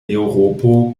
eŭropo